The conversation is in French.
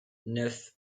neuf